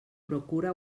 procura